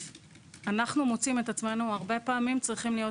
ואנחנו מוצאים את עצמנו הרבה פעמים צריכים להיות